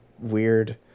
weird